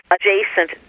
adjacent